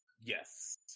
Yes